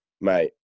Mate